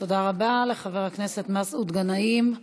תודה רבה לחבר הכנסת מסעוד גנאים.